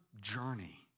journey